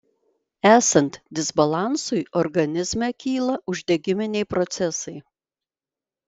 esant disbalansui organizme kyla uždegiminiai procesai